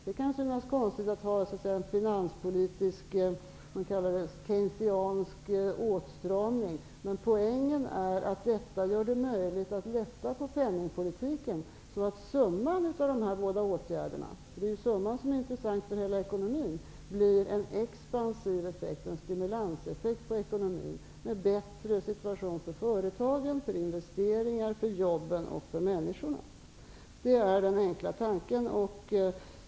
Det kan synas konstigt att ha en finanspolitisk, låt oss säga, keynesiansk åtstramning. Men poängen är att det härmed blir möjligt att lätta på penningpolitiken, så att summan beträffande effekterna av de här båda åtgärderna - det är ju summan som är intressant för hela ekonomin - blir en expansiv effekt, en stimulanseffekt, på ekonomin och en bättre situation för företag, investeringar, jobb och människor. Det är den enkla tanken här.